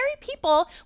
people